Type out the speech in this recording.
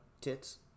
Tits